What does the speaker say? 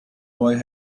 boy